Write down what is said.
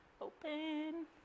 Open